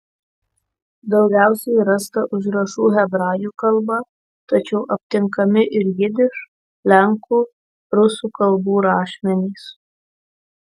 daugiausiai rasta užrašų hebrajų kalba tačiau aptinkami ir jidiš lenkų rusų kalbų rašmenys